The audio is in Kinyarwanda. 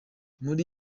muri